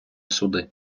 суди